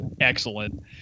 excellent